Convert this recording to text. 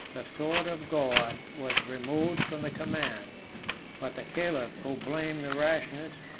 the sword of god was removed from the command but the caliph, who blamed the rashness,